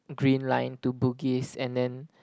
green line to Bugis and then